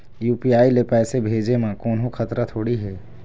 UPI ले पैसे भेजे म कोन्हो खतरा थोड़ी हे?